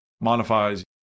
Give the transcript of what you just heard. modifies